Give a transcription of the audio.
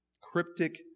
Cryptic